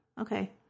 Okay